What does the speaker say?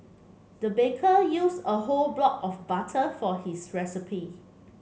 the baker used a whole block of butter for his recipe